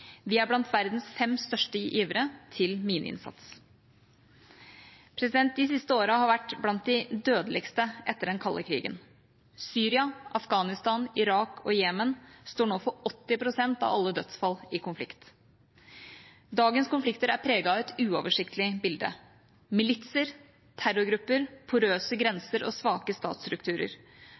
Vi er blant verdens fem største givere til mineinnsats. De siste årene har vært blant de dødeligste etter den kalde krigen. Syria, Afghanistan, Irak og Jemen står nå for 80 pst. av alle dødsfall i konflikt. Dagens konflikter er preget av et uoversiktlig bilde: militser, terrorgrupper, porøse grenser og svake statsstrukturer.